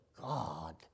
God